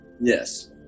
Yes